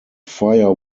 fire